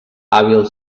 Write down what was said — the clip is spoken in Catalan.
hàbil